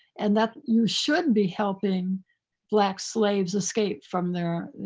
and that you should be helping black slaves escape from there,